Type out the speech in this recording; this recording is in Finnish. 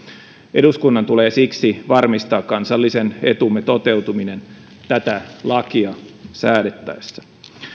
eduskunnan tulee siksi varmistaa kansallisen etumme toteutuminen tätä lakia säädettäessä